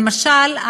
למשל,